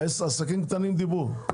עסקים קטנים דיברו.